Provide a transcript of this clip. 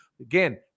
Again